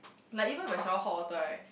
like even if I shower hot water right